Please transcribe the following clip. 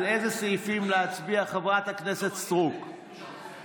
אנחנו עוברים להצעת חוק מיסוי מקרקעין (שבח ורכישה) (תיקון מס' 98),